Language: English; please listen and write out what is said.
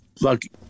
lucky